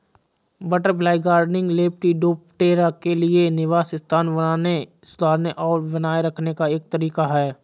butterfly gardening, lepidoptera के लिए निवास स्थान बनाने, सुधारने और बनाए रखने का एक तरीका है